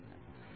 P 12N 1 - 2